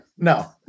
No